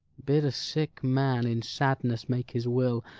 bid a sick man in sadness make his will